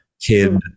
kid